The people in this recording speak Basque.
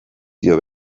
dio